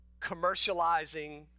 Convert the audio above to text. commercializing